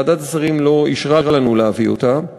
ועדת השרים לא אישרה לנו להביא אותה.